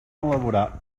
elaborar